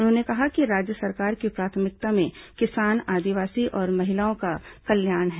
उन्होंने कहा कि राज्य सरकार की प्राथमिकता में किसान आदिवासी और महिलाओं का कल्याण है